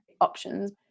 options